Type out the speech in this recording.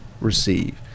receive